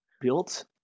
built